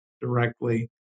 directly